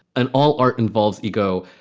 and all art involves ego.